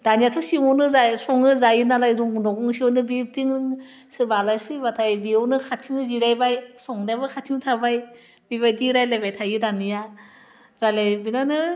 दानियाथ' सिङावनो जा संङो जायो नालाय रं न' गंसेयावनो बिबदिनो सोरबा आलासि फैबाथाइ बेयावनो खाथियाव जिरायबाय संग्रायाबो खाथियावनो थाबाय बेबायदि रायलायबाइ थायो दानिया रायलाइबेनानै